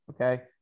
Okay